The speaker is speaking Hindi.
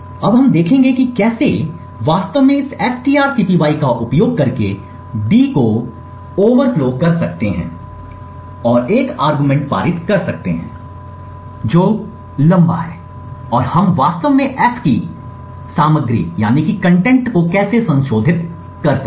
अब हम देखेंगे कि कैसे हम वास्तव में इस strcpy का उपयोग करके d को ओवरफ्लो कर सकते हैं और एक आर्गुमेंट पारित कर सकते हैं जो लंबा है और हम वास्तव में f की सामग्री को कैसे संशोधित कर सकते हैं